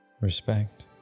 Respect